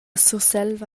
surselva